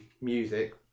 music